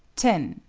ten.